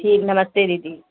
ठीक नमस्ते दीदी